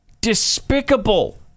Despicable